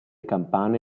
campane